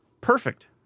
Perfect